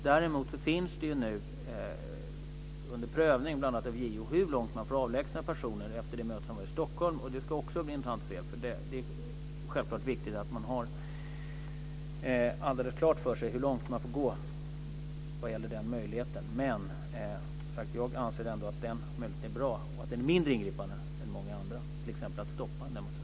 Däremot är det nu under prövning, bl.a. av JO, hur långt man får avlägsna personer, efter det möte som var i Stockholm. Det resultatet ska också bli intressant att se. Självklart är det viktigt att man har alldeles klart för sig hur långt man får gå vad gäller denna möjlighet. Men jag anser som sagt ändå att det är en bra möjlighet och ett mindre ingripande än många andra, t.ex. att stoppa en demonstration.